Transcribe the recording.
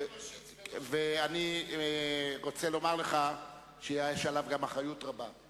אני רוצה לומר לך שיש עליו אחריות רבה.